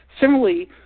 Similarly